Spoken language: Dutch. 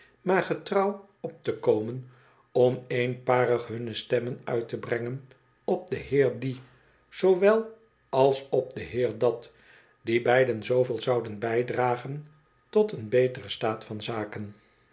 maar getrouw op te komen om eenparig hunne stemmen uit te brengen op den heer die zoowel als op den heer dat die beiden zooveel zouden bijdragen tot een beteren staat van zaken